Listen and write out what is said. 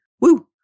Woo